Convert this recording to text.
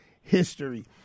history